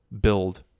build